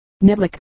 niblick